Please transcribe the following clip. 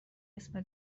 اسم